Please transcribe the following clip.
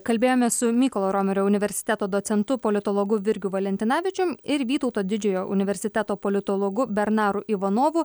kalbėjome su mykolo romerio universiteto docentu politologu virgiu valentinavičium ir vytauto didžiojo universiteto politologu bernaru ivanovu